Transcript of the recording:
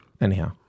Anyhow